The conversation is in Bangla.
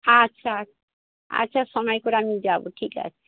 আচ্ছা আর আচ্ছা সময় করে আমি যাব ঠিক আছে